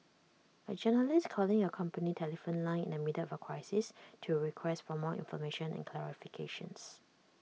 A journalist calling your company telephone line in the middle of A crisis to request for more information and clarifications